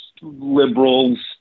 liberals